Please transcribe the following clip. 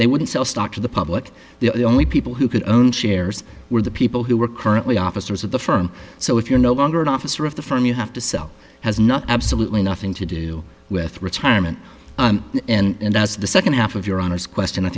they wouldn't sell stock to the public the only people who could shares were the people who were currently officers of the firm so if you're no longer an officer of the firm you have to sell has not absolutely nothing to do with retirement and that's the second half of your honor's question i